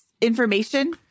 information